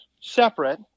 separate